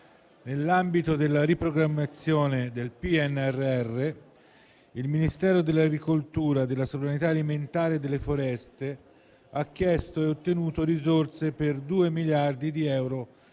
nell'ambito della riprogrammazione del PNRR, il Ministero dell'agricoltura, della sovranità alimentare e delle foreste (MASAF) ha chiesto e ottenuto risorse per due miliardi di euro